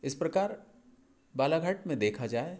इस प्रकार बालाघाट में देखा जाए